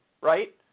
right